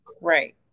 Right